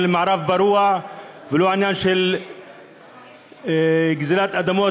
מערב פרוע ולא עניין של גזלת אדמות.